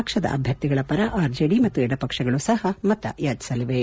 ಪಕ್ಷದ ಅಭ್ಯರ್ಥಿಗಳ ಪರ ಆರ್ಜೆಡಿ ಮತ್ತು ಎದಪಕ್ಷಗಳು ಸಹ ಮತಯಾಚಿಸಲಿವೆ